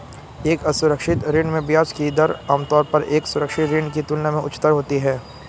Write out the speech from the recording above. एक असुरक्षित ऋण में ब्याज की दर आमतौर पर एक सुरक्षित ऋण की तुलना में उच्चतर होती है?